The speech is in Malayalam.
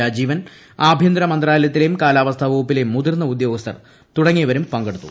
രാജീവൻ ആഭ്യന്തരമന്ത്രാലയത്തിലെയും കാലാവസ്ഥാവകുപ്പിലെയും മുതിർന്ന ഉദ്യോഗസ്ഥർ തുടങ്ങിയവരും പങ്കെടുത്തു